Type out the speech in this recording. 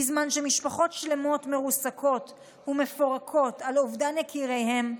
בזמן שמשפחות שלמות מרוסקות ומפורקות על אובדן יקיריהן,